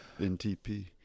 NTP